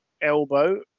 elbow